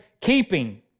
keeping